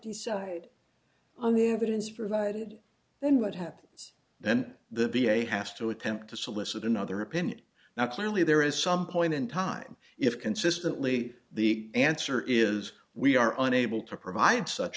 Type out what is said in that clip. decide on the evidence for that and then what happens then the v a has to attempt to solicit another opinion now clearly there is some point in time if consistently the answer is we are unable to provide such